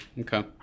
Okay